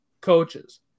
coaches